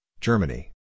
Germany